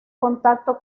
contacto